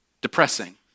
Depressing